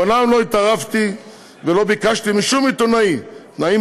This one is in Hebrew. מעולם לא התערבתי ולא ביקשתי משום עיתונאי תנאים